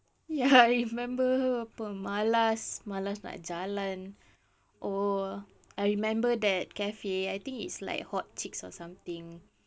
ya I remember pemalas malas nak jalan oh I remember that cafe I think it's like hot chicks or something